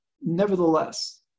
nevertheless